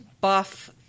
buff